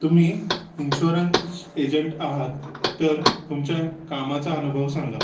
तुम्ही insurance agent आहात तर तुमच्या कामाचा अनुभव सांगा